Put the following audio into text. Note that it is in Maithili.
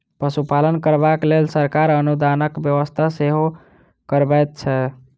पशुपालन करबाक लेल सरकार अनुदानक व्यवस्था सेहो करबैत छै